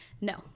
no